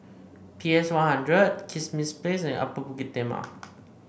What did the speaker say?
P S One Hundred Kismis Place and Upper Bukit Timah